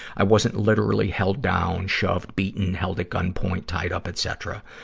i wasn't literally held down, shoved, beaten, held at gunpoint, tied up, etcetera.